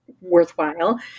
worthwhile